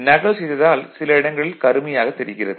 நகல் செய்ததால் சில இடங்களில் கருமையாக தெரிகிறது